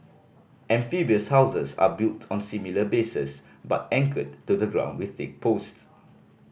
amphibious houses are built on similar bases but anchored to the ground with thick post